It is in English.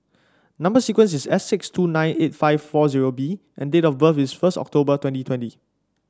number sequence is S six two nine eight five four zero B and date of birth is first October twenty twenty